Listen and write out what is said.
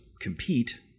compete